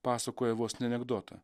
pasakoja vos ne anekdotą